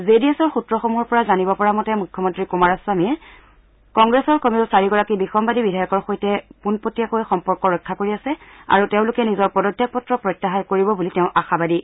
J D S সূত্ৰসমূহৰ পৰা জানিব পৰা মতে মুখ্যমন্ত্ৰী কুমাৰস্বামীয়ে কংগ্ৰেছৰ কমেও চাৰিগৰাকী বিসম্বাদী বিধায়কৰ সৈতে পোনপটীয়াকৈ সম্পৰ্ক ৰক্ষা কৰি আছে আৰু তেওঁলোকে নিজৰ পদত্যাগ পত্ৰ প্ৰত্যাহাৰ কৰিব বুলি তেওঁ আশাবাদী